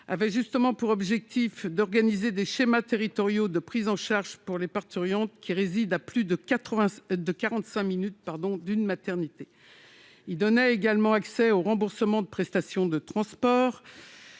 avait justement pour objectif d'organiser des schémas territoriaux de prise en charge pour les parturientes qui résident à plus de quarante-cinq minutes d'une maternité. Il donnait également accès aux remboursements de prestations de transport